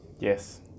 Yes